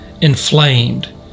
inflamed